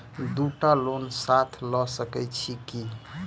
दु टा लोन साथ लऽ सकैत छी की?